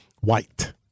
white